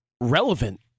relevant